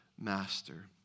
master